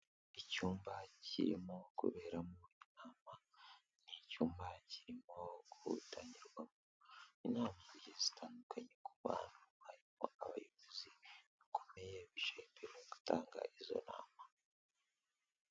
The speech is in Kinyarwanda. Icyumba kirimo kuberamo inama, ni icyumba kirimo gutangirwamo inama zitandukanye ku bantu, harimo abayobozi bakomeye bicaye imbere bari gutanga izo nama.